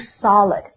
solid